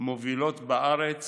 מובילות בארץ